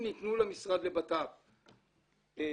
הוא אחראי על לתת טיפול לאנשים לפני בתי החולים,